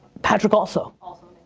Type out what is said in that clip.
patrick also. ah